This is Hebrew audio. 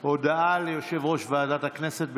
הודעה ליושב-ראש ועדת הכנסת.